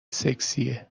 سکسیه